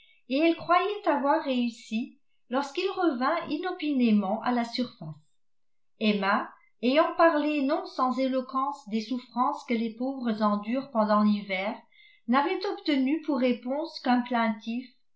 et elle croyait avoir réussi lorsqu'il revint inopinément à la surface emma ayant parlé non sans éloquence des souffrances que les pauvres endurent pendant l'hiver n'avait obtenu pour réponse qu'un